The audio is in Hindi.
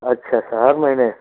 अच्छा अच्छा हर महीने